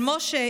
על משה,